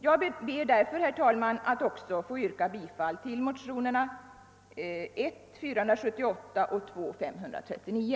Jag ber därför, herr talman, att också få yrka bifall till motionerna 1: 478 och II: 539.